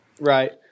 Right